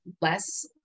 less